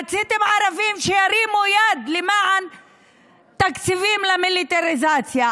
רציתם ערבים שירימו יד למען תקציבים למיליטריזציה.